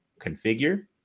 configure